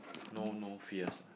no no fears ah